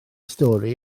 stori